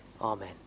Amen